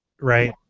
right